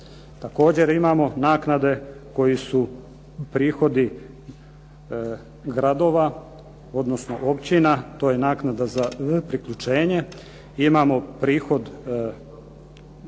Također imamo naknade koji su prihodi gradova, odnosno općina to je naknada za priključenje. Imamo prihod